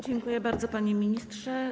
Dziękuję bardzo, panie ministrze.